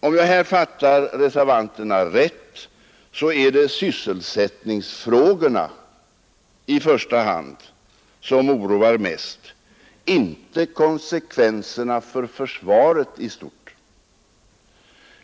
Om jag här fattar reservanterna rätt är det i första hand sysselsättningsfrågorna som oroar, inte konsekvenserna för försvaret i stort.